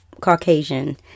Caucasian